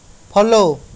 follow